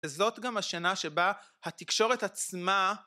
וזאת גם השנה שבה התקשורת עצמה...